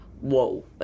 whoa